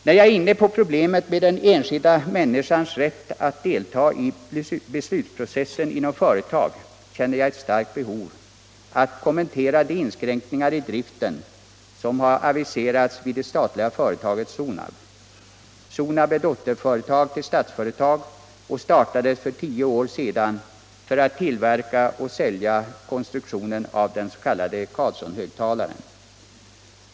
När jag är inne på problemet med den enskilda människans rätt att ”deltaga i beslutsprocessen inom företag känner jag ett starkt behov att kommentera de inskränkningar i driften som har aviserats vid det statliga företaget Sonab. Sonab är dotterföretag till Statsföretag och startades för tio år sedan för att tillverka och sälja konstruktionen av den s.k. Carlssonhögtalaren.